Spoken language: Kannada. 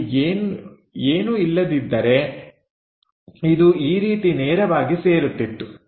ಅಲ್ಲಿ ಏನು ಇಲ್ಲದ್ದಿದ್ದರೆ ಇದು ಈ ರೀತಿ ನೇರವಾಗಿ ಸೇರುತ್ತಿತ್ತು